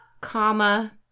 comma